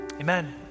amen